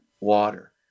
water